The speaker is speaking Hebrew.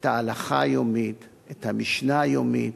את ההלכה היומית, את המשנה היומית,